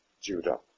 Judah